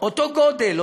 אותו גודל,